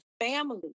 family